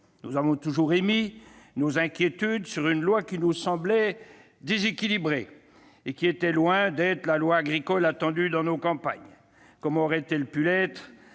Nous avons toujours fait part de nos inquiétudes sur un texte qui nous semblait déséquilibré et qui était loin d'être la loi agricole attendue dans nos campagnes. Comment aurait-il pu l'être,